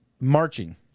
marching